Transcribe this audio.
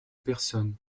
personnes